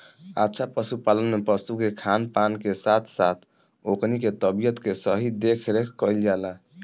अच्छा पशुपालन में पशु के खान पान के साथ साथ ओकनी के तबियत के सही देखरेख कईल जाला